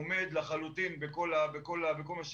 עומד לחלוטין בכל מה שאמרנו.